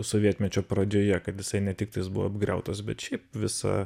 sovietmečio pradžioje kad jisai ne tik tais buvo apgriautas bet šiaip visa